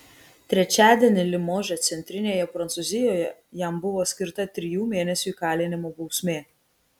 trečiadienį limože centrinėje prancūzijoje jam buvo skirta trijų mėnesių įkalinimo bausmė